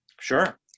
Sure